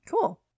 Cool